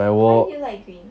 why do you like green